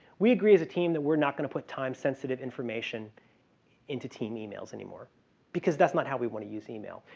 we agree as a team that we're not going to put time-sensitive information into team emails anymore because that's not how we want to use email.